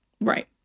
Right